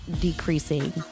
decreasing